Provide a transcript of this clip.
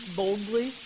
boldly